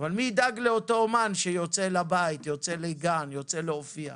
מי ידאג לאותו אומן שיוצא לגן ילדים כדי להופיע,